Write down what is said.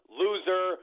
loser